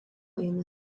eina